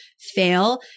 fail